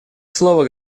слово